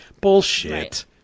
bullshit